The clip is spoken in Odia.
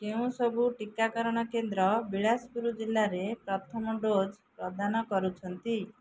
କେଉଁ ସବୁ ଟିକାକରଣ କେନ୍ଦ୍ର ବିଳାସପୁର ଜିଲ୍ଲାରେ ପ୍ରଥମ ଡୋଜ୍ ପ୍ରଦାନ କରୁଛନ୍ତି